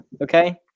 okay